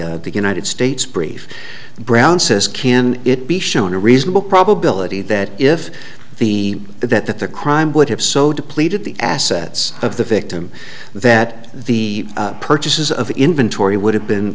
the united states brief brown says can it be shown a reasonable probability that if the the that that the crime would have so depleted the assets of the victim that the purchases of inventory would have been